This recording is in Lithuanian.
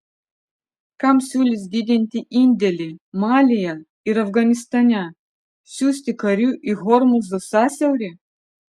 kam siūlys didinti indėlį malyje ir afganistane siųsti karių į hormūzo sąsiaurį